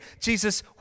Jesus